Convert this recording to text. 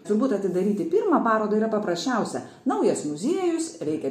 turbūt atidaryti pirmą parodą yra paprasčiausia naujas muziejus reikia